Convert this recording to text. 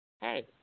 Hey